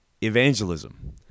evangelism